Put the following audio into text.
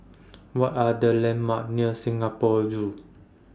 What Are The landmarks near Singapore Zoo